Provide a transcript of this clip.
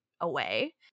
away